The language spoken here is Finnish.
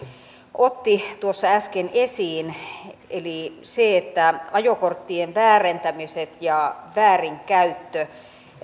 otti tuossa äsken esiin eli sen että ajokorttien väärentämiset ja väärinkäyttö